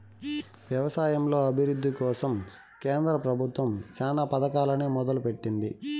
వ్యవసాయంలో అభివృద్ది కోసం కేంద్ర ప్రభుత్వం చానా పథకాలనే మొదలు పెట్టింది